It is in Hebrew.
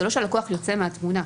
זה לא שהלקוח יוצא מהתמונה.